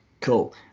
cool